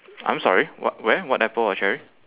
I'm sorry what where what apple or cherry